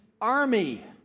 army